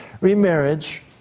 remarriage